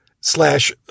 slash